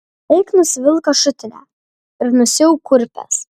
eik nusivilk ašutinę ir nusiauk kurpes